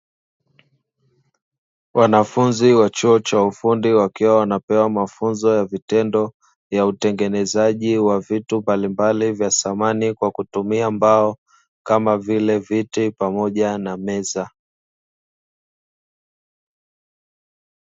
Wanafunzi wa chuo cha ufundi wakiwa wanapewa mafunzo ya vitendo ya utengenezaji wa vitu mbalimbali vya samani kwa kutumia mbao kama vile viti pamoja na meza.